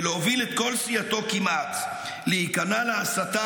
ולהוביל את כל סיעתו כמעט להיכנע להסתה